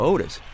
Otis